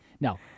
No